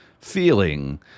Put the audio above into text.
feeling